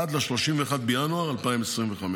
עד ל-31 בינואר 2025,